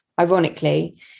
Ironically